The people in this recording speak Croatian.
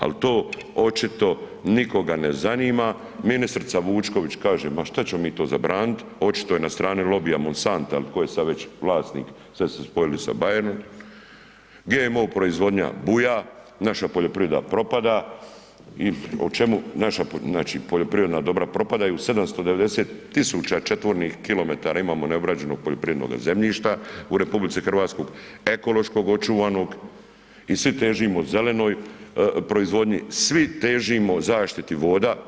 Al to očito nikoga ne zanima, ministrica Vučković kaže ma šta ćemo mi to zabranit, očito je na strani lobija Monsanta ili ko je sad već vlasnik, sve su spojili sa Bayerom, GMO proizvodnja buja, naša poljoprivreda propada i o čemu naša, znači poljoprivredna dobra propadaju, 790 000 četvornih kilometara imamo neobrađenog poljoprivrednoga zemljišta u RH, ekološko očuvanog i svi težimo zelenoj proizvodnji, svi težimo zaštiti voda.